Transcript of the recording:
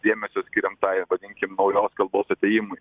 dėmesio skiriam tai vadinkim naujos kalbos atėjimui